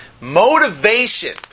Motivation